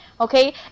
okay